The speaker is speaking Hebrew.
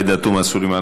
עאידה תומא סלימאן,